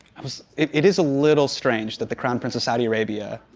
i was it is a little strange that the crown prince of saudi arabia,